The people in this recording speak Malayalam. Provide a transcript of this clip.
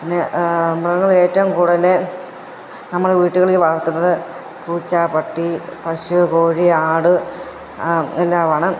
പിന്നെ മൃഗങ്ങൾ ഏറ്റവും കൂടുതൽ നമ്മൾ വീട്ടുകളിൽ വളർത്തുന്നത് പൂച്ച പട്ടി പശു കോഴി ആട് എല്ലാമാണ്